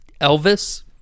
Elvis